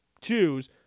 choose